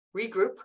regroup